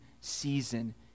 season